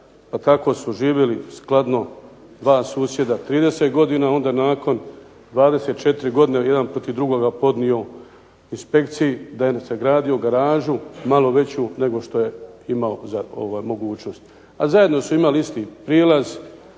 pa tako su živjeli skladno dva susjeda 30 godina, onda nakon 24 godine jedan protiv drugoga podnio inspekciji da je sagradio garažu malo veću nego što je imao mogućnosti. A zajedno su imali isti prilaz,